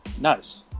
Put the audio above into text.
Nice